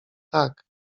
tak